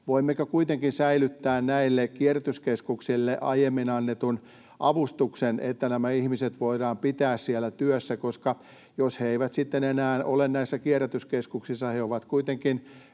Voimmeko kuitenkin säilyttää näille kierrätyskeskuksille aiemmin annetun avustuksen, että nämä ihmiset voidaan pitää siellä työssä? Jos he eivät enää ole näissä kierrätyskeskuksissa, he ovat sitten